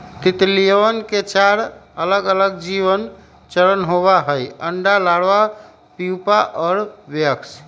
तितलियवन के चार अलगअलग जीवन चरण होबा हई अंडा, लार्वा, प्यूपा और वयस्क